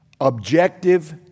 objective